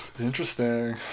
Interesting